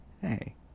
Hey